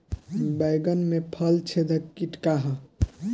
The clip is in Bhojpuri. बैंगन में फल छेदक किट का ह?